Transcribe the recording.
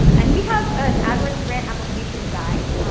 and we have an adwords grant application guide.